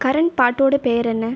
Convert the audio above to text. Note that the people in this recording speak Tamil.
கரண்ட் பாட்டோடய பெயர் என்ன